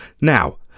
Now